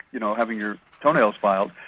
you know, having your toenails filed,